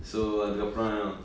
so அதுக்கப்பரம்:athu kapprum